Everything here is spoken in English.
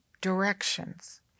directions